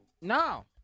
No